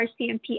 RCMP